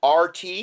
RT